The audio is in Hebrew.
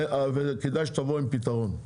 כדאי שתבואו עם פתרון.